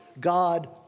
God